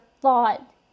thought